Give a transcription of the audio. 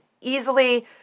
easily